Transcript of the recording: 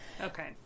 Okay